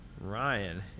Ryan